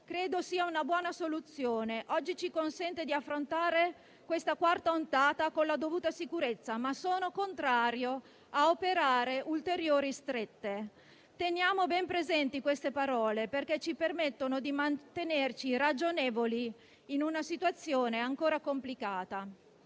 credo sia una buona soluzione, oggi ci consente di affrontare questa quarta ondata con la dovuta sicurezza» ma «sono contrario a operare ulteriori strette». Teniamo ben presenti queste parole perché ci permettono di mantenerci ragionevoli in una situazione ancora complicata.